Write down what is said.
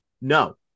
No